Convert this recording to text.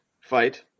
fight